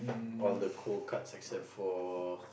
all the cold cuts except for